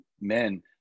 men